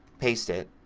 paste it.